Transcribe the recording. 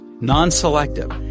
non-selective